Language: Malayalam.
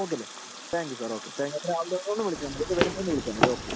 ഓക്കേയല്ലേ thank you sir okay thank you രാവിലെ ഒന്ന് വിളിച്ചാൽ മതി വരുമ്പോൾ ഒന്ന് വിളിച്ചാൽ മതി ഓക്കേ